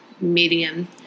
medium